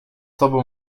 tobą